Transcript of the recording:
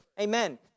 Amen